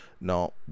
Now